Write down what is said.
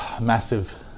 massive